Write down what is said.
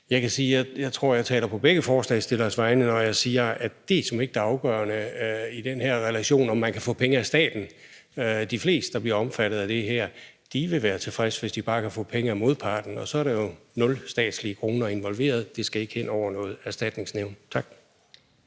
Jeg kan sige, at jeg tror, at jeg taler på begge forslagsstilleres vegne, når jeg siger, at det såmænd ikke er det afgørende i den her relation, altså om man kan få penge af staten. De fleste, der bliver omfattet af det her, vil være tilfredse, hvis de bare kan få penge af modparten. Og så er der jo nul statslige kroner involveret. Det skal ikke hen over noget erstatningsnævn. Tak.